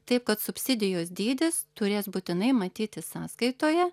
taip kad subsidijos dydis turės būtinai matytis sąskaitoje